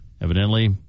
Evidently